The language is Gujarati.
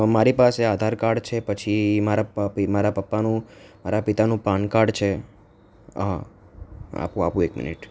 મારી પાસે આધાર કાર્ડ છે પછી મારા પા મારા પપ્પાનું મારા પિતાનું પાન કાર્ડ છે હા હા આપું આપું એક મિનિટ